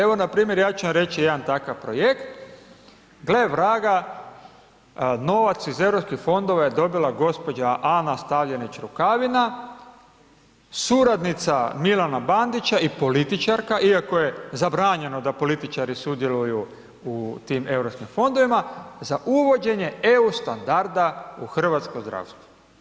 Evo npr. ja ću vam reći jedan takav projekt, gle vraga novac iz europskih fondova je dobila gospođa Ana Stavljenić Rukavina suradnica Milana Bandića i političarka iako je zabranjeno da političari sudjeluju u tim europskim fondovima za uvođenje EU standarda u hrvatsko zdravstvo.